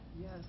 Yes